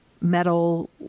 metal